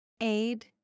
Aid